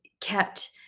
kept